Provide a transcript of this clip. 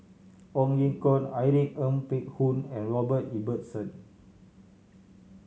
Ong Ye Kung Irene Ng Phek Hoong and Robert Ibbetson